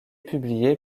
publié